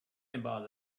about